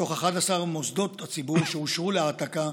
מתוך 11 מוסדות הציבור שאושרו להעתקה,